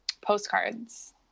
postcards